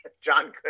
John